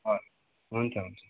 हवस् हुन्छ हुन्छ